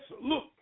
look